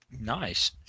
Nice